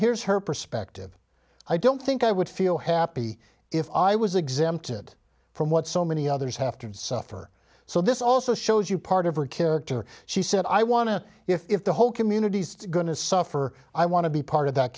here's her perspective i don't think i would feel happy if i was exempted from what so many others have to suffer so this also shows you part of her character she said i want to if the whole communities going to suffer i want to be part of that